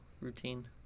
routine